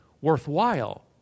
worthwhile